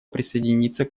присоединиться